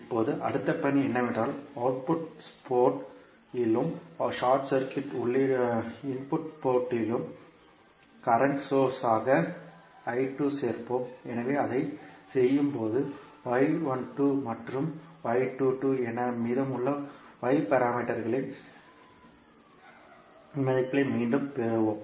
இப்போது அடுத்த பணி என்னவென்றால் அவுட்புட் போர்ட் இலும் ஷார்ட் சர்க்யூட் உள்ளீட்டு துறைமுகத்திலும் கரண்ட் சோர்ஸ் ஆக ஐ சேர்ப்போம் எனவே அதைச் செய்யும்போது மற்றும் என மீதமுள்ள Y பாராமீட்டர்களின் மதிப்புகளை மீண்டும் பெறுவோம்